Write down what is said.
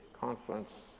conference